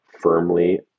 firmly